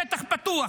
שטח פתוח,